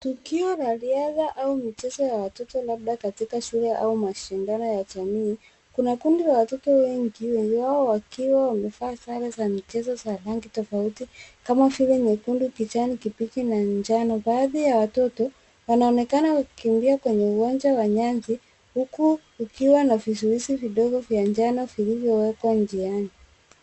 Tukio la riadha au michezo ya watoto labda katika shule au mashindano ya jamii, kuna kundi la watoto wengi wao wakiwa wamefaa sare za michezo za rangi tofauti kama shule nyekundu, kijani kibichi na njano. Baadhi ya watoto wanaonekana kukimbia kwenye uwanja wa nyasi huku ukiwa na vizuizi vidogo vya njano vilivyowekwa njiani.